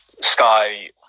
sky